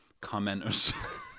commenters